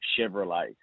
Chevrolet